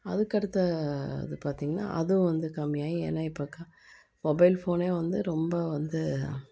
அதுக்கடுத்து இது பார்த்திங்கனா அதுவும் வந்து கம்மியாகி ஏன்னா இப்போ மொபைல் ஃபோனே வந்து ரொம்ப வந்து